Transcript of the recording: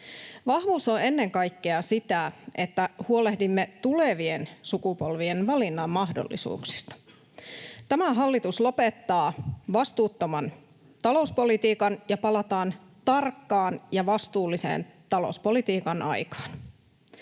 Vahvuus on ennen kaikkea sitä, että huolehdimme tulevien sukupolvien valinnanmahdollisuuksista. Tämä hallitus lopettaa vastuuttoman talouspolitiikan, ja palataan tarkkaan ja vastuulliseen talouspolitiikan aikaan.